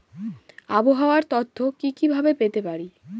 আবহাওয়ার তথ্য কি কি ভাবে পেতে পারি?